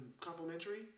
complimentary